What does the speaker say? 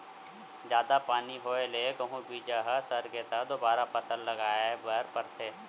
जादा पानी होए ले कहूं बीजा ह सरगे त दोबारा फसल लगाए बर परथे